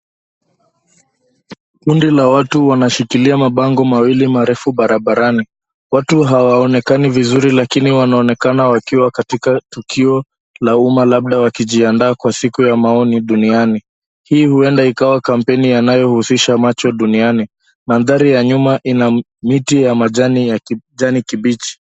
Kundi la watu wanashikilia mabango mawili marefu barabarani. Watu hawaonekani vizuri lakini wanaonekana wakiwa katika tukio la umma labda wakijiandaa kwa siku ya maoni duniani. Hii huenda ikawa kampeni yanayohusisha macho duniani. Mandhari ya nyuma ina miti ya majani ya kijani kibichi.